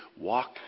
walk